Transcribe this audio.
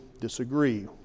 disagree